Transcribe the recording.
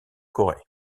corée